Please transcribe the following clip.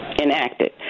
enacted